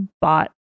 bought